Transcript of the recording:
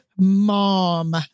mom